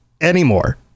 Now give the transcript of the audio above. anymore